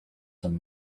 some